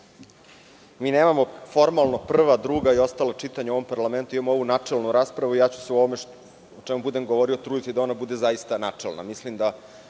mi nemamo formalno prva, druga i ostala čitanja u ovom parlamentu. Imamo ovu načelnu raspravu i ja ću se o ovome o čemu budem govorio truditi da ona bude zaista načelna.